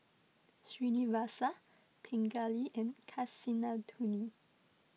Srinivasa Pingali and Kasinadhuni